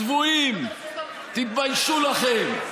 צבועים, תתביישו לכם.